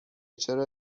چرا